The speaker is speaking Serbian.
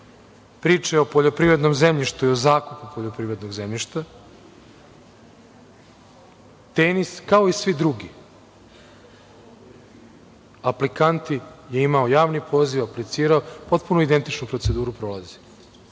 priče o poljoprivrednom zemljištu i o zakupu poljoprivrednog zemljišta, „Tenis“ kao i svi drugi aplikanti je imao javni poziv, aplicirao, potpuno je identičnu proceduru prošao.